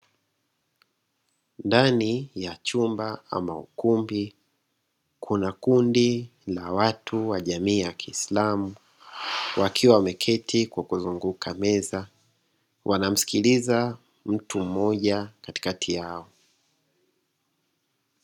Ndani ya chumba ama ukumbi, kuna kundi la watu wa jamii ya kiislamu; wakiwa wameketi kwa kuzunguka meza, wanamsikiliza mtu mmoja katikati yao.